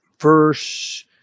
Verse